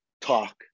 talk